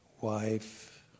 wife